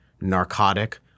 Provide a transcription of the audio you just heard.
narcotic